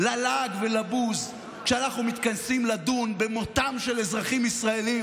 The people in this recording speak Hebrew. ללעג ולבוז כשאנחנו מתכנסים לדון במותם של אזרחים ישראלים